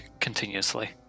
continuously